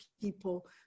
people